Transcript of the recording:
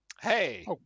hey